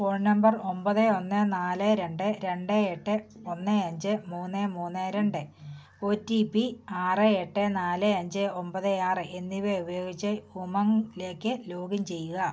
phone number ഒമ്പത് ഒന്ന് നാല് രണ്ട് രണ്ട് എട്ട് ഒന്ന് അഞ്ച് മൂന്ന് മൂന്ന് രണ്ട് ഒ ടി പി ആറ് എട്ടേ നാല് അഞ്ച് ഒമ്പത് ആറ് എന്നിവ ഉപയോഗിച്ച് ഉമംഗിലേക്ക് ലോഗിൻ ചെയ്യുക